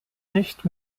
nicht